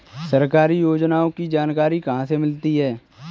सरकारी योजनाओं की जानकारी कहाँ से मिलती है?